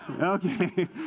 Okay